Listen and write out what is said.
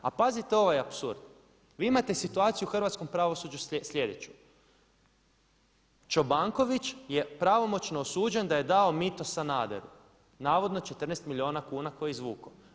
A pazite ovaj apsurd vi imate situaciju u hrvatskom pravosuđu sljedeću: Čobanković je pravomoćno osuđen da je dao mito Sanaderu, navodno 14 milijuna kuna koje je izvukao.